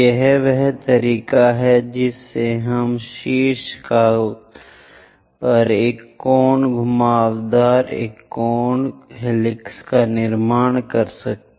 यह वह तरीका है जिससे हम शीर्ष पर एक कोण घुमावदार एक कोण हेलिक्स का निर्माण करते हैं